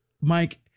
Mike